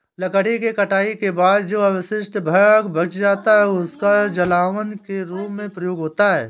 लकड़ी के कटाई के बाद जो अवशिष्ट भाग बच जाता है, उसका जलावन के रूप में प्रयोग होता है